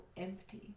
empty